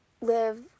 live